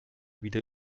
wieder